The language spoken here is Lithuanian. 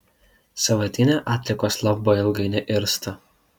sąvartyne atliekos labai ilgai neirsta